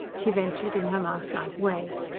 she ventured in her mouselike way.